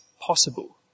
possible